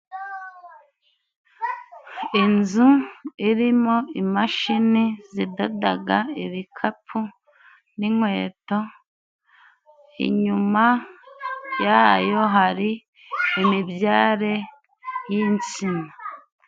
Inzu irimo imashini zidodaga ibikapu n'inkweto, inyuma yayo hari imibyare y'insina.